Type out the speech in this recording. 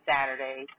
Saturday